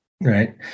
Right